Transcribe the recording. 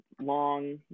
long